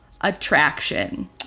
attraction